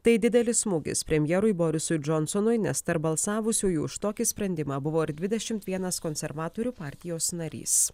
tai didelis smūgis premjerui borisui džonsonui nes tarp balsavusiųjų už tokį sprendimą buvo ir dvidešimt vienas konservatorių partijos narys